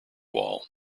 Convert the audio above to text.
wall